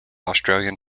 australian